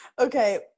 Okay